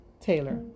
Taylor